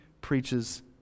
preaches